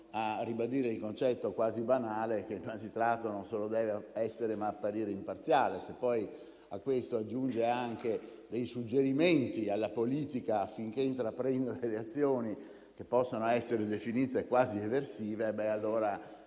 ribadire il concetto quasi banale che i magistrati non solo devono essere imparziali, ma devono anche apparire tali. Se poi a questo aggiunge anche dei suggerimenti alla politica affinché intraprenda delle azioni che possano essere definite quasi eversive, beh, allora